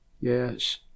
yes